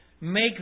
make